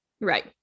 right